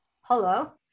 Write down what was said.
hello